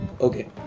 okay